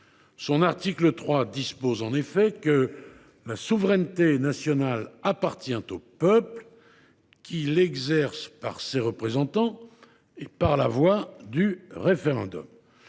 son article 3 dispose en effet que « la souveraineté nationale appartient au peuple qui l’exerce par ses représentants et par la voie du référendum